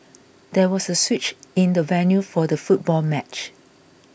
there was a switch in the venue for the football match